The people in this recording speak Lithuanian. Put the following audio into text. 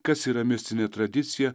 kas yra mistinė tradicija